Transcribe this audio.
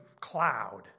cloud